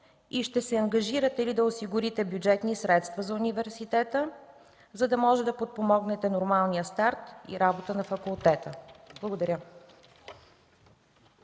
Ще се ангажирате ли да осигурите бюджетни средства за университета, за да можете да подпомогнете нормалния старт и работа на факултета? Благодаря.